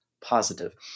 positive